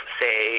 say